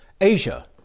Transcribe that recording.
Asia